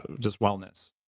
just, wellness?